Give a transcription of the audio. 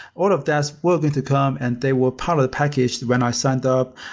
all of that were going to come and they were part of the package when i signed up.